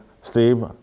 Steve